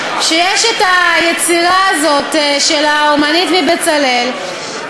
כשיש היצירה הזאת של האמנית מ"בצלאל",